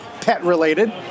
pet-related